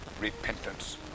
repentance